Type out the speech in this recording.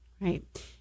Right